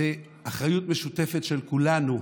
זו אחריות משותפת של כולנו,